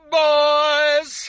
boys